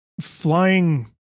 flying